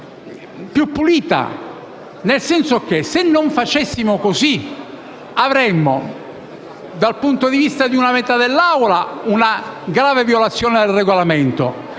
più pulita nel senso che se non facessimo così avremmo, dal punto di vista di una metà dell'Assemblea, una grave violazione del Regolamento